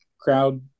crowd